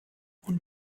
und